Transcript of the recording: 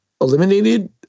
eliminated